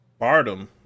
Bardem